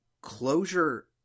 closure